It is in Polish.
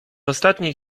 ostatniej